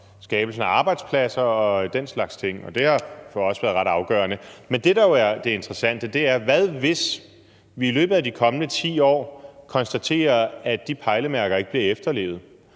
skabelsen af arbejdspladser og den slags ting, og det har for os været ret afgørende. Men det, der jo er det interessante, er, hvis vi i løbet af de kommende 10 år konstaterer, at de pejlemærker ikke bliver efterlevet,